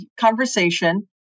conversation